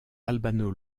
albano